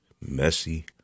messy